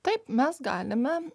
taip mes galime